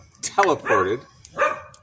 teleported